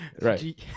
right